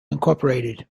incorporated